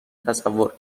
تصور